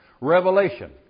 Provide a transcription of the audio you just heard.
revelation